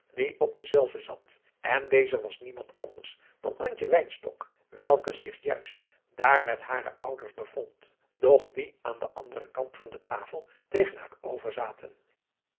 die op denzelven zat en deze was niemand anders dan antje wynstok welke zich juist daar met hare ouders bevond doch die aan den anderen kant van de tafel tegen haar